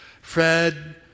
Fred